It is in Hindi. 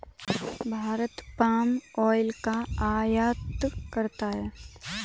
भारत पाम ऑयल का आयात करता है